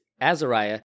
Azariah